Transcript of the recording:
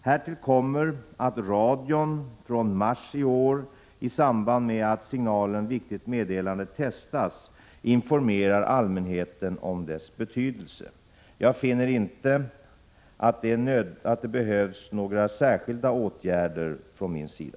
Härtill kommer att radion från mars i år i samband med att signalen ”Viktigt meddelande” testas informerar allmänheten om dess betydelse. Jag finner inte att det behövs några särskilda åtgärder från min sida.